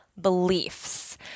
beliefs